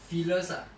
fillers lah